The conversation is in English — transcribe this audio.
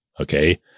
Okay